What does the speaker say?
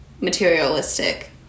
materialistic